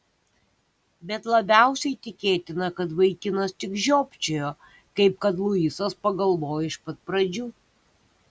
bet labiausiai tikėtina kad vaikinas tik žiopčiojo kaip kad luisas pagalvojo iš pat pradžių